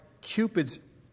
Cupid's